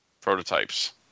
prototypes